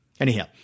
Anyhow